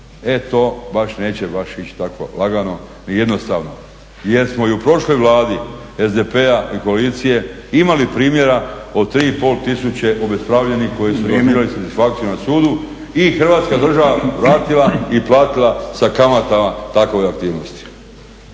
e to baš neće ići baš tako lagano ni jednostavno. Jer smo i u prošloj Vladi SDP-a i koalicije imali primjera o 3,5 tisuće obespravljenih koji su doživljavali satisfakciju na sudu i Hrvatska država vratila i platila sa kamata takove aktivnosti.